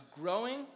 growing